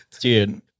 Dude